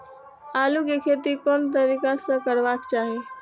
आलु के खेती कोन तरीका से करबाक चाही?